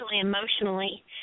emotionally